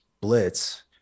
blitz